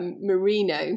merino